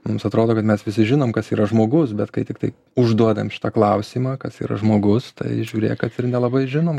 mums atrodo kad mes visi žinom kas yra žmogus bet kai tiktai užduodam šitą klausimą kas yra žmogus tai žiūrėk kad ir nelabai ir žinom